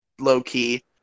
low-key